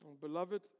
Beloved